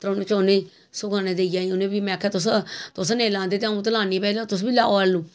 त्रौने चौनें गी सकानो देई आई में आखेआ तुस नेईं लांदे दे अ'ऊं ते लान्नी तुस बी लाओ आलू